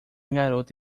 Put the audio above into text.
garota